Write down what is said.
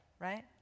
right